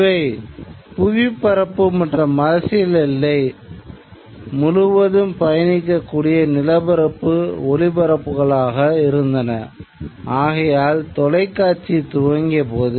இவை புவிப்பரப்பு மற்றும் அரசியல் எல்லை முழுவதும் பயணிக்கக்கூடிய நிலப்பரப்பு ஒலிபரப்புகளாக மூலமாக உள்ளூர் பகுதிகளுக்குள் ஒளிப்பரப்பப்படும்